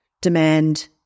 demand